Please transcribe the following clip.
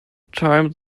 time